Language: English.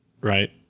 right